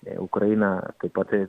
jei ukraina taip pat